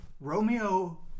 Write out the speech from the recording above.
Romeo